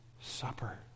Supper